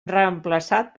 reemplaçat